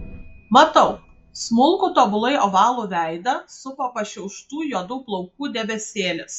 matau smulkų tobulai ovalų veidą supo pašiauštų juodų plaukų debesėlis